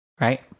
right